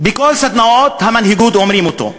בכל סדנאות המנהיגות מספרים אותו.